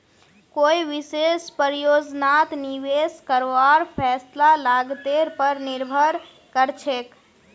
कोई विशेष परियोजनात निवेश करवार फैसला लागतेर पर निर्भर करछेक